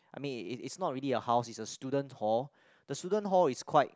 I mean is is not a really a house is a student hall the student hall is quite